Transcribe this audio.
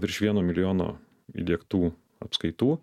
virš vieno milijono įdiegtų apskaitų